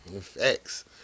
Facts